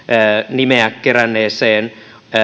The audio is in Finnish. nimeä keränneeseen